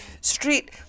street